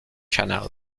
canal